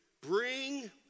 bring